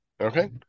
Okay